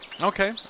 Okay